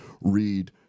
read